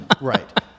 Right